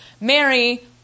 Mary